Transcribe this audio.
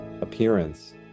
appearance